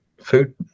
food